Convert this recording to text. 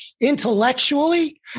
intellectually